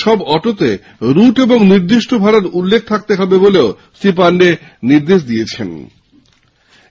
সব অটোতে রুটের এবং নির্দিষ্ট ভাড়ার উল্লেখ থাকতে হবে বলেও শ্রী পাণ্ডে নির্দেশ দেন